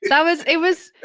that was, it was,